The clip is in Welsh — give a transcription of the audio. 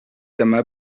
dyma